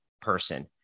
person